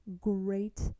great